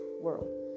world